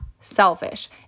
selfish